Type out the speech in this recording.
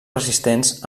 resistents